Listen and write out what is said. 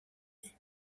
unis